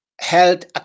held